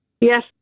Yes